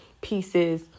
pieces